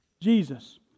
Jesus